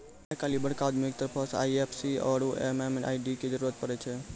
आइ काल्हि बड़का उद्यमियो के तरफो से आई.एफ.एस.सी आरु एम.एम.आई.डी के जरुरत पड़ै छै